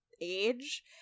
age